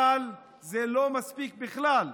אבל זה לא מספיק בכלל,